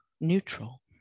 neutral